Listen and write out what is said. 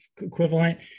equivalent